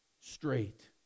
straight